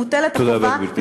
מוטלת החובה,